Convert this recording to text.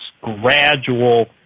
gradual